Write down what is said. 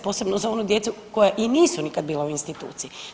Posebno za onu djecu koja i nisu nikad bila u instituciji.